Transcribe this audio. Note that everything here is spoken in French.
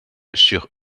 sur